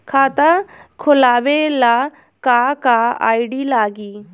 खाता खोलाबे ला का का आइडी लागी?